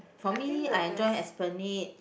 for me I enjoy Esplanade